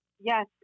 Yes